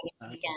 again